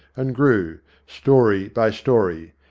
and grew, storey by storey.